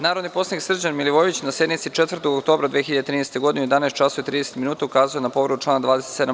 Narodni poslanik Srđan Milivojević, na sednici 4. oktobra 2013. godine, u 11 časova i 30 minuta, ukazao je na povredu člana 27.